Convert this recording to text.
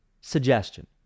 suggestion